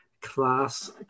class